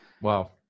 Wow